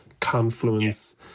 Confluence